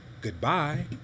goodbye